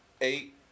eight